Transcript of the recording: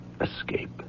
escape